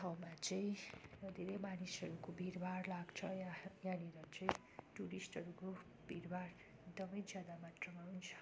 ठाउँमा चाहिँ र धेरै मानिसहरूको भिडबाट लाग्छ यहाँ यहाँनेर चाहिँ टुरिस्टहरूको भिडबाट एकदम ज्यादा मात्रमा हुन्छ